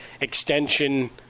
extension